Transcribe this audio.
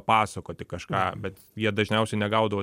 pasakoti kažką bet jie dažniausiai negaudavo